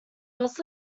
was